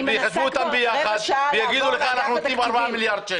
אני מנסה כבר רבע שעה לעבור לאגף התקציבים.